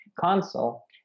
console